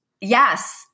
Yes